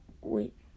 wait